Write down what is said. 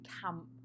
camp